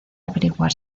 averiguar